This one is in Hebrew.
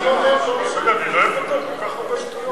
לרשותך, שלוש דקות.